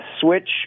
switch